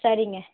சரிங்க